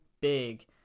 big